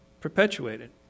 perpetuated